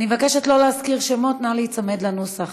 אני מבקשת לא להזכיר שמות, נא להיצמד לנוסח.